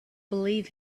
believe